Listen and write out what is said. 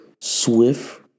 swift